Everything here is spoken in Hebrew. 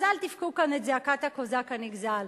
אז אל תבכו כאן את זעקת הקוזק הנגזל.